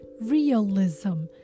realism